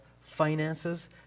finances